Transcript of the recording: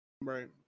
Right